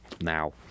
now